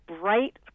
bright